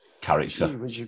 Character